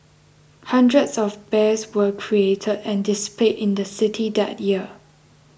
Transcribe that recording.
hundreds of bears were created and displayed in the city that year